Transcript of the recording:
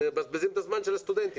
מבזבזים את הזמן של הסטודנטים,